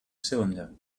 cylinder